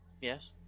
Yes